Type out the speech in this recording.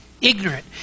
Ignorant